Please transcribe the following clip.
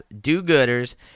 do-gooders